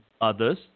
others